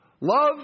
Love